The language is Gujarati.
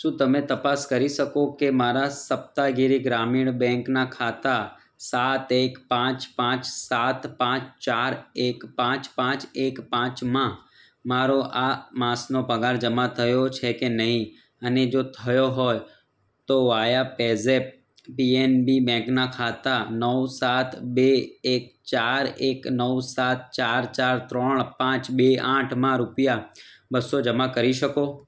શું તમે તપાસ કરી શકો કે મારા સપ્તાગિરિ ગ્રામીણ બેન્કના ખાતા સાત એક પાંચ પાંચ સાત પાંચ ચાર એક પાંચ પાંચ એક પાંચમા મારો આ માસનો પગાર જમા થયો છે કે નહીં અને જો થયો હોય તો વાયા પેઝેપ બીએનબી બેન્કના ખાતા નવ સાત બે એક ચાર એક નવ સાત ચાર ચાર ત્રણ પાંચ બે આઠમા રૂપિયા બસો જમા કરી શકો